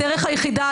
הדרך היחידה,